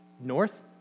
north